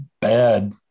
bad